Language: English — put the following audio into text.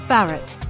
Barrett